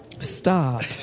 Stop